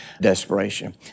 desperation